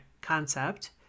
concept